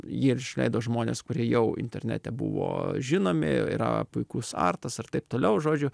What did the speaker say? jį ir išleido žmonės kurie jau internete buvo žinomi yra puikus artas ir taip toliau žodžiu